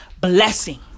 blessing